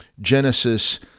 Genesis